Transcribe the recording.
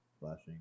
flashing